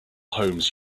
homes